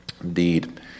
Indeed